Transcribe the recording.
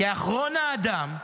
כאחרון האדם,